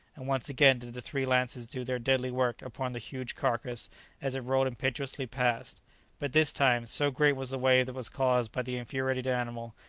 and once again did the three lances do their deadly work upon the huge carcase as it rolled impetuously past but this time, so great was the wave that was caused by the infuriated animal,